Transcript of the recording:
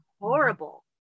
horrible